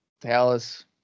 Dallas